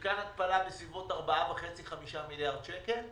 מתקן התפלה עולה בסביבות 4.5 5 מיליארד שקל?